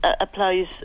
applies